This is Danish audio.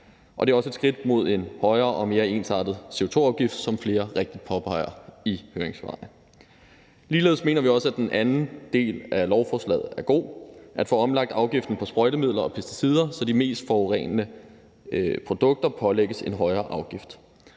det er også et skridt mod en højere og mere ensartet CO2-afgift, som flere rigtigt påpeger i høringssvarene. Ligeledes mener vi også, at den anden del af lovforslaget er god: at få omlagt afgiften på sprøjtemidler og pesticider, så de mest forurenende produkter pålægges en højere afgift.